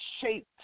shaped